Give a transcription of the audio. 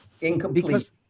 Incomplete